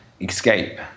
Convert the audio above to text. escape